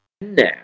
Now